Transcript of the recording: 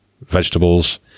vegetables